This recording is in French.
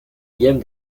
gamme